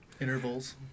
Intervals